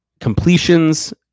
completions